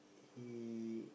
he